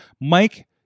Mike